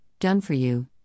done-for-you